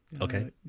Okay